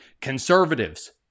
conservatives